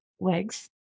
legs